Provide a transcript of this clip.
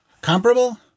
Comparable